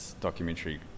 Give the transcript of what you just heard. documentary